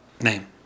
name